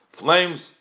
flames